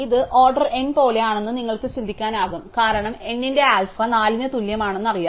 ഇത് order n പോലെയാണെന്ന് നിങ്ങൾക്ക് ചിന്തിക്കാനാകും കാരണം n ന്റെ ആൽഫ 4 ന് തുല്യമാണെന്ന് ഞങ്ങൾക്കറിയാം